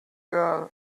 girl